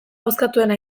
bozkatuena